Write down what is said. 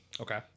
Okay